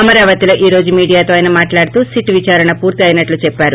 అమరావతిలో ఈ రోజు మీడియాతో ఆయన మాట్లాడుతూ సిట్ విదారణ పూర్తి అయినట్లు చెప్పారు